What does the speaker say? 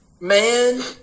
man